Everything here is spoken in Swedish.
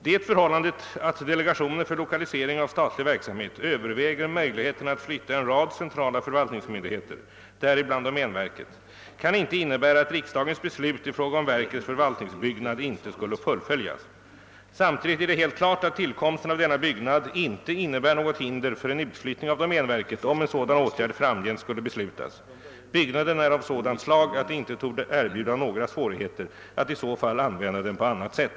Det förhållandet att delegationen för lokalisering av statlig verksamhet överväger möjligheterna att flytta en rad centrala förvaltningsmyndigheter, däribland domänverket, kan inte innebära att riksdagens beslut i fråga om verkets förvaltningsbyggnad inte skulle fullföljas. Samtidigt är det helt klart att tillkomsten av denna byggnad inte innebär något hinder för en utflyttning av domänverket om en sådan åtgärd framgent skulle beslutas. Byggnaden är av sådant slag att det inte torde erbjuda några svårigheter att i så fall använda den på annat sätt.